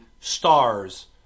stars